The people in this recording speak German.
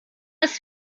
ist